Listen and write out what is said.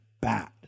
bad